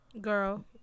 girl